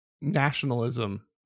nationalism